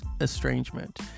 estrangement